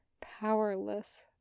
powerless